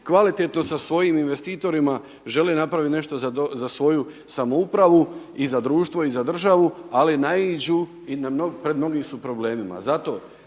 kvalitetno sa svojim investitorima žele napraviti nešto za svoju samoupravu i za društvo i za državu ali naiđu, i pred mnogim su problemima.